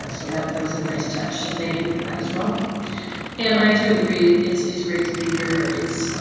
so that that was a nice touch. so thank you for that as well and i too agree it's it's great to be here. it's